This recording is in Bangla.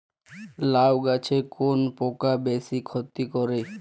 লাউ গাছে কোন পোকা বেশি ক্ষতি করে?